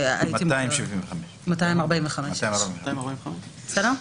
245. בסדר.